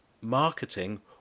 marketing